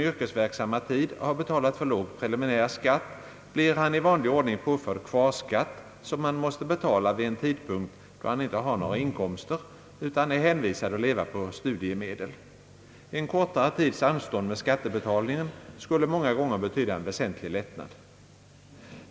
yrkesverksamma tid har betalat för låg preliminär skatt, blir han i vanlig ordning påförd kvarskatt, som han måste betala vid en tidpunkt då han inte har några inkomster utan är hänvisad till att leva på studiemedel, En kortare tids anstånd med skattebetalningen skulle många gånger betyda en väsentlig lättnad.